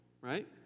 right